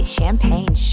Champagne